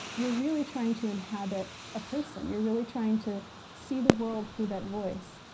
you're really trying to inhabit a person. you're really trying to see the world through that voice.